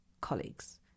colleagues